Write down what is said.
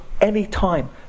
anytime